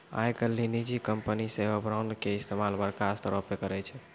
आइ काल्हि निजी कंपनी सेहो बांडो के इस्तेमाल बड़का स्तरो पे करै छै